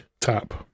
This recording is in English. Tap